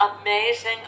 amazing